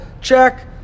Check